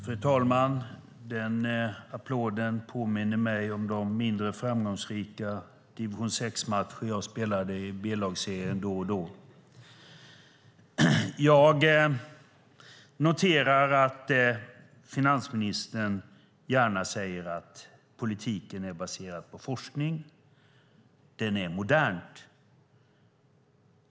Fru talman! Den applåden påminner mig om de mindre framgångsrika division-6-matcher som jag spelade i B-lagsserien då och då. Jag noterar att finansministern gärna säger att politiken är baserad på forskning, att den är modern.